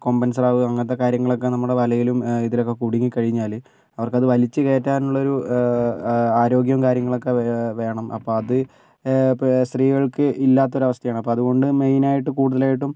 കൊമ്പൻ സ്രാവ് അങ്ങനത്തെ കാര്യങ്ങളൊക്കെ നമ്മുടെ വലേലും ഇതിലൊക്കെ കുടുങ്ങിക്കഴിഞ്ഞാൽ അവർക്കത് വലിച്ച് കേറ്റാനുള്ളൊരു ആരോഗ്യം കാര്യങ്ങളൊക്കെ വേണം അപ്പോൾ അത് സ്ത്രീകൾക്ക് ഇല്ലാത്ത ഒരു അവസ്ഥയാണ് അപ്പോൾ അതുകൊണ്ട് മെയിൻ ആയിട്ട് കൂടുതലായിട്ടും